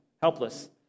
helpless